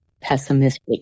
pessimistic